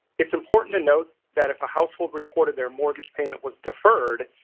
it's important to note that if a household reported their mortgage payment was deferred,